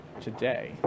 today